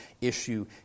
issue